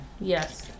Yes